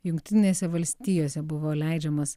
jungtinėse valstijose buvo leidžiamas